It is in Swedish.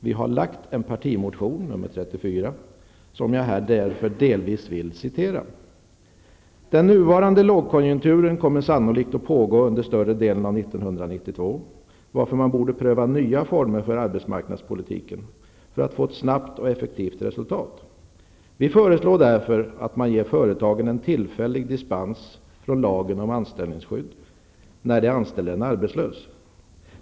Vi har lagt fram en partimotion, nr 34, som jag delvis vill citera: ''Den nuvarande lågkonjunkturen kommer sannolikt att pågå under större delen av 1992, varför man borde pröva nya former för arbetsmarknadspolitiken, för att få ett snabbt och effektivt resultat. Vi föreslår därför att man ger företagen en tillfällig dispens från lagen om anställningsskydd, när de anställer en arbetslös.